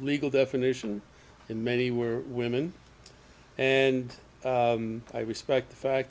legal definition in many were women and i respect the fact